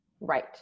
Right